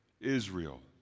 Israel